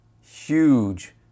huge